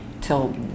till